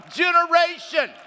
generation